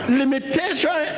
limitation